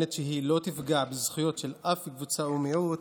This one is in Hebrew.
שטוענת שהיא לא תפגע בזכויות של אף קבוצה או מיעוט,